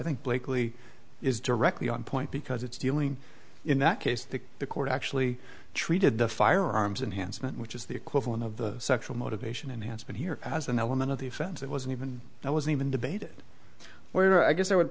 think blakely is directly on point because it's dealing in that case that the court actually treated the firearms and hanson which is the equivalent of the sexual motivation enhancement here as an element of the offense it wasn't even it was even debated where i guess i would